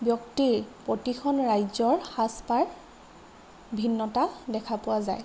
ব্যক্তিয়ে প্ৰতিখন ৰাজ্যৰ সাজপাৰ ভিন্নতা দেখা পোৱা যায়